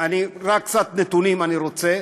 קצת נתונים אני רוצה.